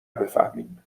بفهمیم